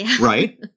Right